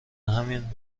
همین